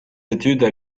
études